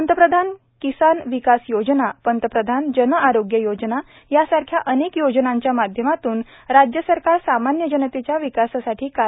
पंतप्रधान किसान विकास योजना पंतप्रधान जनआरोग्य योजना यासारख्या अनेक योजनांच्या माध्यमातून राज्य सरकार सामान्य जनतेच्या विकासासाठी कार्यरत असल्याचंही ते म्हणाले